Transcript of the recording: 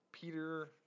Peter